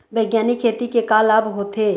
बैग्यानिक खेती के का लाभ होथे?